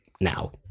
now